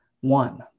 one